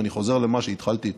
ואני חוזר למה שהתחלתי איתו,